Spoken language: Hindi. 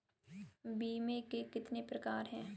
बीमे के कितने प्रकार हैं?